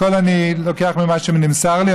הכול אני לוקח ממה שנמסר לי,